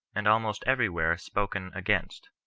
and almost everywhere spoken against.